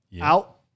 out